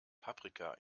paprika